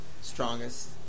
strongest